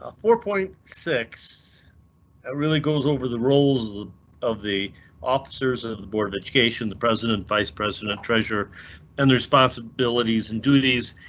ah four point six ah really goes over the roles of the officers of the board of education. the president, vice president, treasurer and responsibilities and duties.